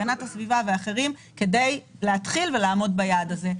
הגנת הסביבה ואחרים כדי להתחיל ולעמוד ביעד הזה.